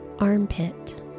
armpit